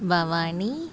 Bhavani